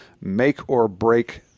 make-or-break